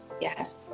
yes